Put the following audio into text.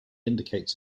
indicates